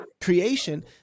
creation